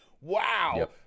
Wow